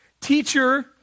Teacher